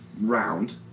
round